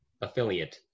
affiliate